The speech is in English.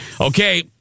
Okay